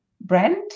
brand